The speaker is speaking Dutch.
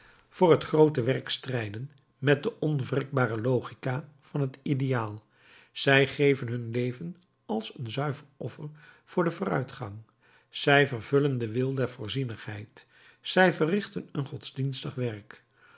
voor het groote werk strijden met de onwrikbare logica van het ideaal zij geven hun leven als een zuiver offer voor den vooruitgang zij vervullen den wil der voorzienigheid zij verrichten een godsdienstig werk